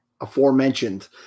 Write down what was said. aforementioned